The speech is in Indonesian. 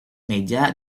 meja